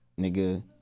Nigga